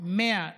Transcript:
מאה